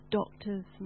doctors